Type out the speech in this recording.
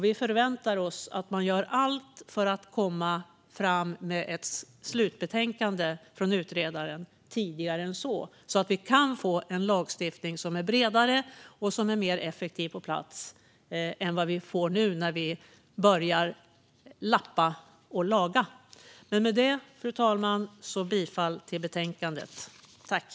Vi förväntar oss att man gör allt för att komma fram med ett slutbetänkande från utredaren tidigare än så för att vi ska kunna få på plats en lagstiftning som är bredare och mer effektiv än vad vi får nu när vi börjar lappa och laga. Med detta yrkar jag bifall till utskottets förslag.